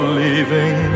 leaving